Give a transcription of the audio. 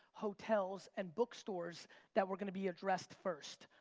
hotels and bookstores that were gonna be addressed first.